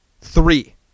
Three